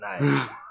Nice